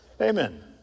Amen